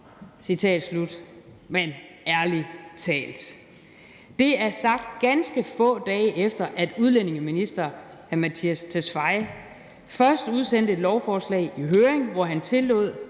Det er sagt, ganske få dage efter at udlændingeministeren først sendte et lovforslag i høring, hvor han tillod